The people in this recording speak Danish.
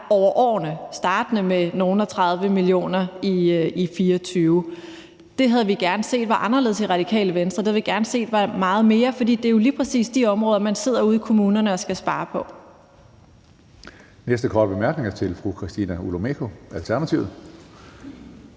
over årene startende med nogle og 30 mio. kr. i 2024. Det havde vi i Radikale Venstre gerne set var anderledes. Det havde vi gerne set var meget mere. For det er jo lige præcis de områder, man ude i kommunerne sidder og skal spare på.